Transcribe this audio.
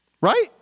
Right